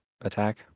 attack